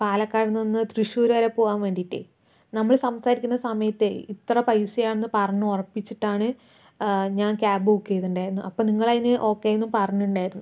പാലക്കാട് നിന്ന് തൃശൂര് വരെ പോകാൻ വേണ്ടിട്ടേ നമ്മുടെ സംസാരിക്കുന്ന സമയത്തേ ഇത്ര പൈസയാണെന്ന് പറഞ്ഞ് ഉറപ്പിച്ചിട്ടാണ് ഞാൻ ക്യാബ് ബുക്ക് ചെയ്തിട്ടുണ്ടായിരുന്നു അപ്പോൾ നിങ്ങളതിന് ഓക്കെ എന്നും പറഞ്ഞിണ്ടായിരുന്നു